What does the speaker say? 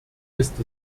ist